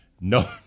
No